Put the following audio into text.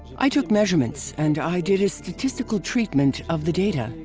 i took measurements and i did a statistical treatment of the data.